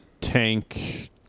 tank